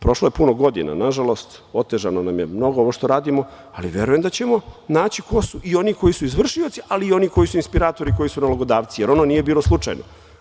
Prošlo je puno godina, nažalost, otežano nam je mnogo ovo što radimo, ali verujem da ćemo naći ko su i oni koji su izvršioci, ali i oni koji su inspiratori, koji su nalogodavci, jer ono nije bilo slučajno.